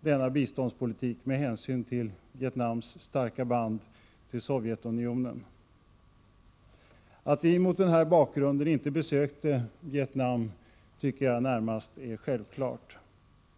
denna biståndspolitik med hänsyn till Vietnams starka band till Sovjetunionen. Att vi mot den här bakgrunden inte besökte Vietnam tycker jag närmast är självklart.